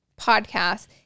Podcast